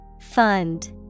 Fund